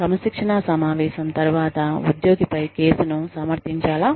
క్రమశిక్షణా సమావేశం తరువాత ఉద్యోగిపై కేసును సమర్థించాలా